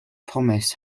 promise